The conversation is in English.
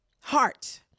heart